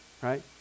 Right